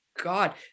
God